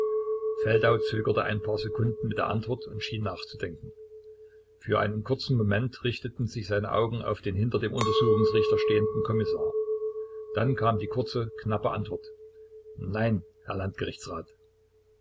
feldau zögerte ein paar sekunden mit der antwort und schien nachzudenken für einen kurzen moment richteten sich seine augen auf den hinter dem untersuchungsrichter stehenden kommissar dann kam die kurze knappe antwort nein herr landgerichtsrat